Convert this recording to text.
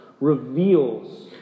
reveals